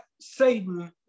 Satan